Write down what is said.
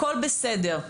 הכול בסדר,